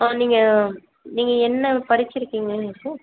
ஆ நீங்கள் நீங்கள் என்ன படிச்சிருக்கீங்கள் இப்போது